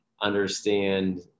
understand